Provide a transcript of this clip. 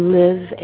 live